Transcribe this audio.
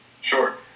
Sure